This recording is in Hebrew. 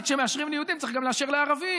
שכשמאשרים ליהודים צריך גם לאשר לערבים.